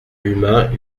humain